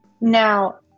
Now